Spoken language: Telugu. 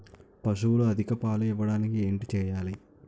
పశువులు అధిక పాలు ఇవ్వడానికి ఏంటి చేయాలి